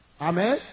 Amen